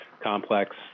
complex